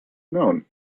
known